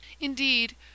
Indeed